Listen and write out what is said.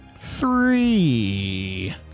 three